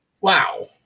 wow